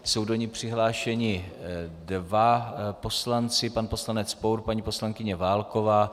Jsou do ní přihlášeni dva poslanci pan poslanec Pour, paní poslankyně Válková.